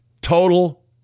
Total